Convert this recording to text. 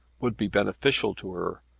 would be beneficial to her,